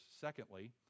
Secondly